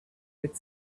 would